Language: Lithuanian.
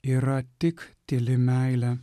yra tik tyli meilė